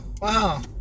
wow